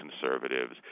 conservatives